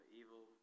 evil